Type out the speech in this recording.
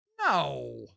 no